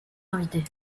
invitées